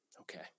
Okay